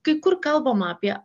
kai kur kalbama apie